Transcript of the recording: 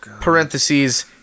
parentheses